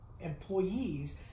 Employees